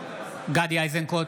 גדי איזנקוט,